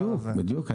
בדיוק.